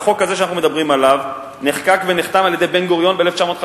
החוק הזה שאנחנו מדברים עליו נחקק ונחתם על-ידי בן-גוריון בשנת 1952,